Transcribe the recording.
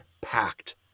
packed